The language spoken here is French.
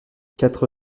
quatre